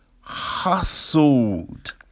hustled